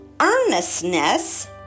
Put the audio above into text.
earnestness